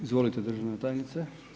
Izvolite, državna tajnice.